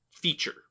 feature